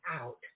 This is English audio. out